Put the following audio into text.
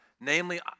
Namely